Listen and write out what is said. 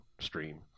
stream